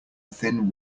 thin